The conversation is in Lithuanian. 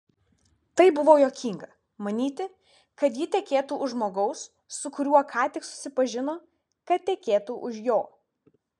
tai buvo juokinga manyti kad ji tekėtų už žmogaus su kuriuo ką tik susipažino kad tekėtų už jo